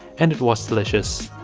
and it was delicious